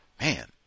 Man